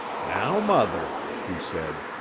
now, mother, he said,